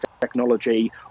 technology